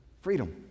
freedom